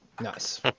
Nice